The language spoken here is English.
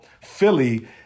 Philly